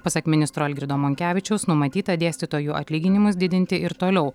pasak ministro algirdo monkevičiaus numatyta dėstytojų atlyginimus didinti ir toliau